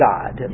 God